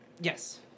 Yes